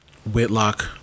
Whitlock